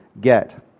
get